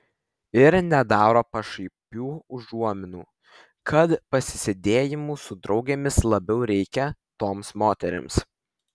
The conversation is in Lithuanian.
ir nedaro pašaipių užuominų kad pasisėdėjimų su draugėmis labiau reikia toms moterims